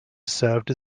served